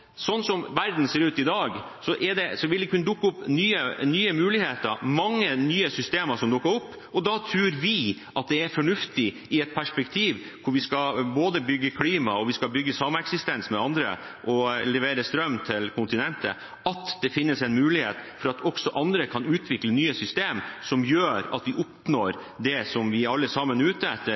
kunne dukke opp nye muligheter. Det er mange nye systemer som dukker opp, og da tror vi at det er fornuftig, i et perspektiv hvor vi både skal ivareta klima og sameksistensen med andre og levere strøm til kontinentet, at det finnes en mulighet for at også andre kan utvikle nye systemer som gjør at vi oppnår det som vi alle sammen er ute etter,